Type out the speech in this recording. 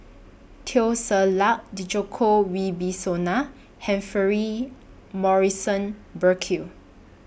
Teo Ser Luck Djoko Wibisono Humphrey Morrison Burkill